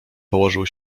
położył